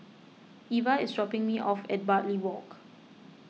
Eva is dropping me off at Bartley Walk